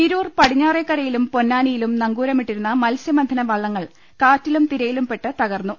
തിരൂർ പടിഞ്ഞാറെക്കരയിലും പൊന്നാനിയിലും നങ്കൂരമിട്ടിരുന്ന മത്സ്യബന്ധന വള്ളങ്ങൾ കാറ്റിലും തിരയിലും പെട്ട് തകർന്നു